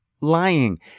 lying